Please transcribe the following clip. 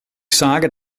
sage